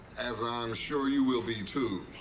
as i'm sure you will be too.